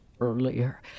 earlier